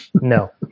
no